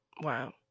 Wow